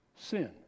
Sin